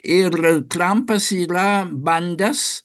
ir trampas yra bandęs